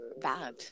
bad